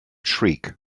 shriek